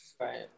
right